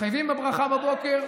כשמתחייבים בברכה בבוקר.